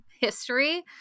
history